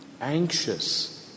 anxious